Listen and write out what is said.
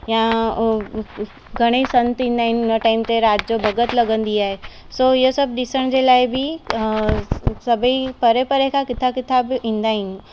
या घणेई संत ईंदा आहिनि हुन टाइम ते राति जो भॻत लॻंदी आहे सो इहो सभु ॾिसण जे लाइ बि सभईं परे परे खां किथां किथां बि ईंदा आहिनि